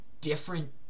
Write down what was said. different